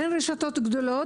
אין רשתות גדולות,